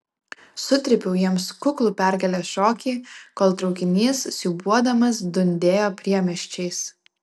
sutrypiau jiems kuklų pergalės šokį kol traukinys siūbuodamas dundėjo priemiesčiais